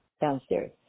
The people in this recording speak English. downstairs